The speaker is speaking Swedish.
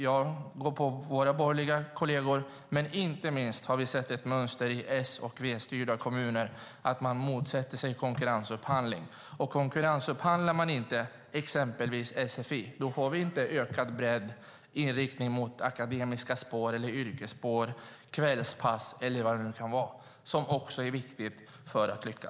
Jag går på våra borgerliga kolleger, men vi har sett ett mönster inte minst i S och V-styrda kommuner av att man motsätter sig konkurrensupphandling. Om man inte konkurrensupphandlar exempelvis sfi får vi inte ökad bredd, inriktning på akademiska spår eller yrkesspår, kvällspass eller vad det nu kan vara som också är viktigt om man ska lyckas.